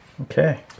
Okay